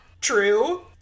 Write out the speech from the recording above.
true